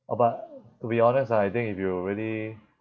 orh but to be honest I think if you really